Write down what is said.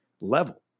level